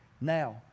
now